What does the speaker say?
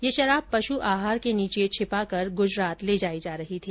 ये शराब पश् आहार के नीचे छिपाकर गुजरात ले जाई जा रही थी